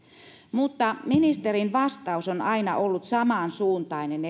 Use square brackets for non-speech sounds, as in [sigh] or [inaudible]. mutta ministerin vastaus on aina ollut samansuuntainen [unintelligible]